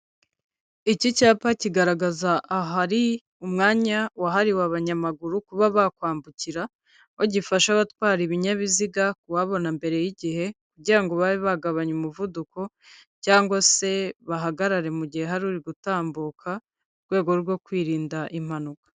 Iki cyapa kigaragaza ahari umwanya wahariwe abanyamaguru kuba bakwambukira, aho gifasha abatwara ibinyabiziga kuhabona mbere y'igihe kugira ngo babe bagabanya umuvuduko cyangwag se bahagarare mu gihe hari gutambuka mu rwego rwo kwirinda impanuka.